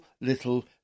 little